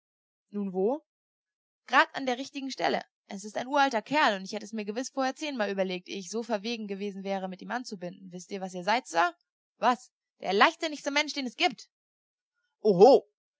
nun wo grad an der richtigen stelle es ist ein uralter kerl und ich hätte es mir gewiß vorher zehnmal überlegt ehe ich so verwegen gewesen wäre mit ihm anzubinden wißt ihr was ihr seid sir was der leichtsinnigste mensch den es gibt oho